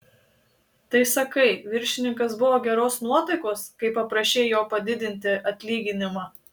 tai sakai viršininkas buvo geros nuotaikos kai paprašei jo padidinti atlyginimą